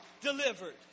delivered